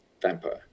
vampire